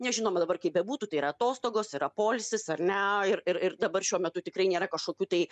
nes žinoma dabar kaip bebūtų tai yra atostogos yra poilsis ar ne ir ir ir dabar šiuo metu tikrai nėra kažkokių tai